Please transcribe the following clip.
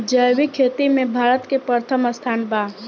जैविक खेती में भारत के प्रथम स्थान बा